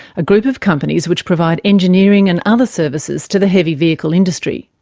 a group of companies which provide engineering and other services to the heavy vehicle industry.